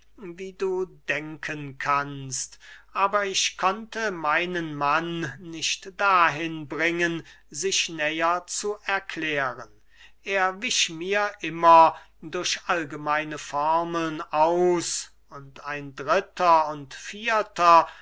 wie du denken kannst aber ich konnte meinen mann nicht dahin bringen sich näher zu erklären er wich mir immer durch allgemeine formeln aus und ein dritter und vierter